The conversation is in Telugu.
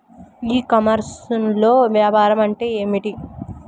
ఈ కామర్స్లో వ్యాపారం అంటే ఏమిటి?